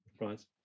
Right